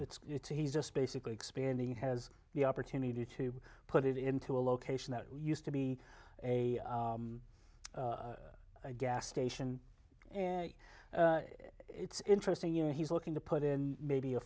he's just basically expanding has the opportunity to put it into a location that used to be a gas station and it's interesting you know he's looking to put in maybe a